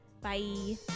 Bye